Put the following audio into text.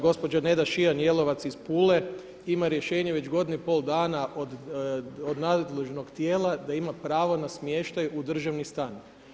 Gospođa Neda Šijan Jelovac ima rješenje već godinu i pol dana od nadležnog tijela da ima pravo na smještaj u državni stan.